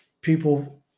people